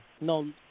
No